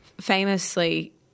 famously